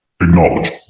acknowledge